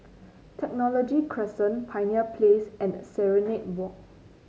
Technology Crescent Pioneer Place and Serenade Walk